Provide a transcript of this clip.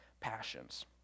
passions